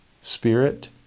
spirit